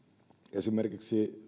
esimerkiksi